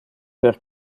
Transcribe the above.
per